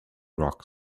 rocks